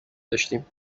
داشتیم